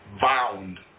bound